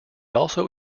also